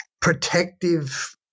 protective